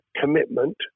commitment